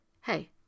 hey